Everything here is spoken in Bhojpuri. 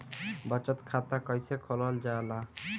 बचत खाता कइसे खोलल जाला?